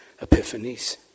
epiphanies